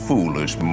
Foolish